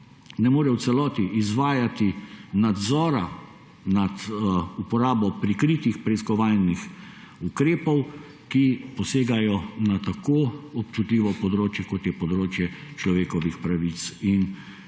ne more v celoti izvajati nadzora nad uporabo prikritih preiskovalnih ukrepov, ki posegajo na tako občutljivo področje, kot je področje človekovih pravic in